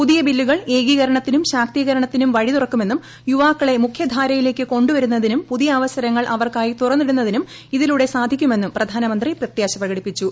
പുതിയ ബില്ലുകൾ ഏകീകരണത്തിനും ശാക്തീകരണത്തിനും വഴി തുറക്കുമെന്നും യുവാക്കളെ മുഖ്യധാരയിലേയ്ക്ക് കൊ ുവരുന്നതിനും പുതിയ അവസരങ്ങൾ അവർക്കായി തുറന്നിടുന്നതിനും ഇതിലൂടെ സാധിക്കുമെന്ന് പ്രധാനമന്ത്രി പ്രത്യാശ പ്രകടിപ്പിച്ചു